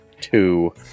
two